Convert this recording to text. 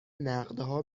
نقدها